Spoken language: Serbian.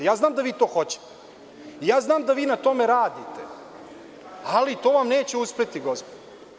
Ja znam da vi to hoćete i ja znam da vi na tome radite, ali to vam neće uspeti, gospodo.